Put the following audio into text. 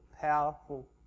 powerful